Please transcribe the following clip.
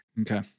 Okay